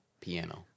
Piano